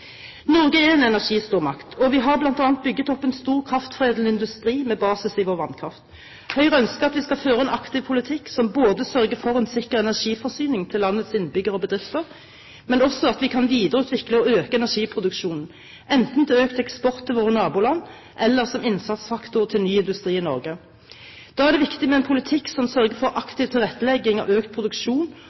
Norge er en energistormakt, og vi har bl.a. bygd opp en stor kraftforedlende industri med basis i vår vannkraft. Høyre ønsker at vi skal føre en aktiv politikk som sørger for en sikker energiforsyning til landets innbyggere og bedrifter, men også at vi kan videreutvikle og øke energiproduksjonen – enten til økt eksport til våre naboland, eller som innsatsfaktor til ny industri i Norge. Da er det viktig med en politikk som sørger for aktiv tilrettelegging av økt produksjon